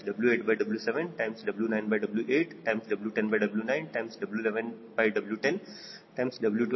ಆದ್ದರಿಂದ WfW01 0